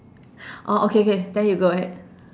orh okay K then you go ahead